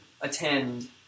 attend